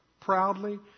proudly